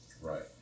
right